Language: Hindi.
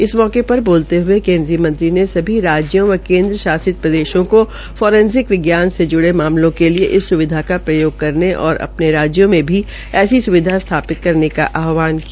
इस मौके पर बोलते हये केन्द्रीय मंत्री ने सभी राज्यों व केन्द्र शासित प्रदेशों को फोरसेनिक विज्ञान से जुड़े मामलों के लिए इस सुविधा का प्रयोग करने और अपने राज्यों में भी ऐसी स्विधा स्थापित करने का आहवान किया